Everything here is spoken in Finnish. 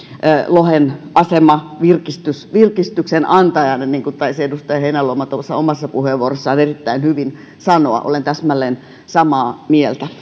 lohen asema virkistyksen virkistyksen antajana niin kuin taisi edustaja heinäluoma tuossa omassa puheenvuorossaan erittäin hyvin sanoa olen täsmälleen samaa mieltä